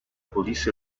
police